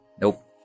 nope